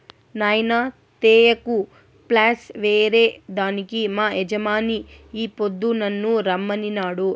నాయినా తేయాకు ప్లస్ ఏరే దానికి మా యజమాని ఈ పొద్దు నన్ను రమ్మనినాడు